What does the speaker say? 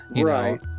Right